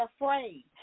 afraid